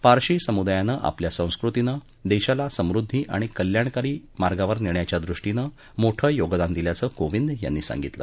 पारशी समुदायानं आपल्या संस्कृतीनं देशाला समृद्धी आणि कल्याणकारी मार्गावर नेण्याच्या दृष्टीनं मोठं योगदान दिल्याचं कोविंद यांनी सांगितलं